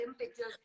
pictures